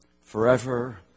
forever